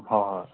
ꯍꯣꯏ ꯍꯣꯏ